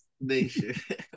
nation